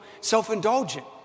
self-indulgent